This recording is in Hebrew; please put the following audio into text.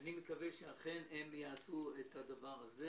אני מקווה שהם אכן יעשו את הדבר הזה.